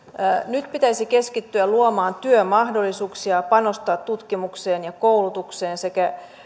nyt pitäisi keskittyä luomaan työmahdollisuuksia panostaa tutkimukseen ja koulutukseen sekä